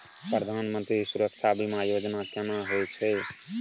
प्रधानमंत्री सुरक्षा बीमा योजना केना होय छै?